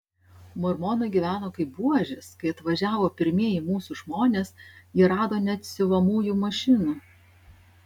mormonai gyveno kaip buožės kai atvažiavo pirmieji mūsų žmonės jie rado net siuvamųjų mašinų